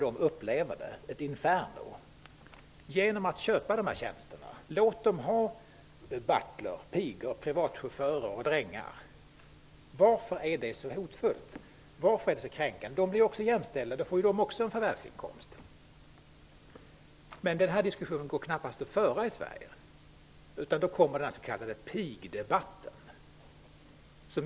De upplever ett inferno. Låt dem få köpa tjänsterna. Låt dem ha butlers, pigor, privatchaufförer och drängar. Varför är det så hotfullt? Varför är det så kränkande? De blir också jämställda. De får också en förvärsinkomst. Men denna diskussion går knappast att föra i Sverige. Då blir det den s.k. pigdebatten.